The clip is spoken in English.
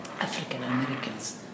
African-Americans